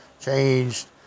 changed